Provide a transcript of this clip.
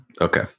okay